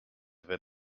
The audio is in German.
wenn